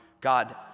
God